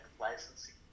licensing